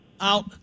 out